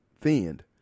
thinned